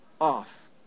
off